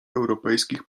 europejskich